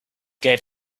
gave